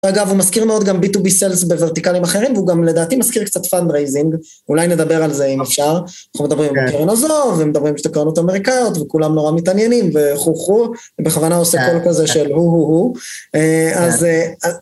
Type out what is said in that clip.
אגב, הוא מזכיר מאוד גם B2B Sales בוורטיקלים אחרים, והוא גם לדעתי מזכיר קצת פאנדרייזינג, אולי נדבר על זה אם אפשר. אנחנו מדברים בקרן הזו, ומדברים בשתי קרנות אמריקאיות, וכולם נורא מתעניינים, וכו' כו', בכוונה עושה קול כזה של הו הו הו. אז...